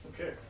Okay